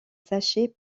sachet